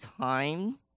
time